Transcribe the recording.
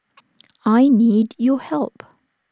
I need your help